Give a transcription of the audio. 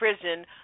prison